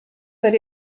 that